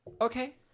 Okay